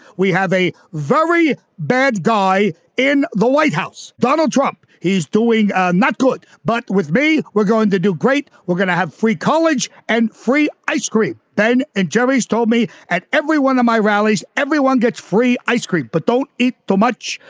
we have a very bad guy in the white house, donald trump. he's doing not good. but with me, we're going to do great. we're going to have free college and free ice cream. ben and jerry's told me at every one of my rallies, everyone gets free ice cream, but don't eat too much.